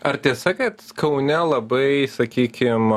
ar tiesa kad kaune labai sakykim